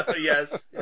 Yes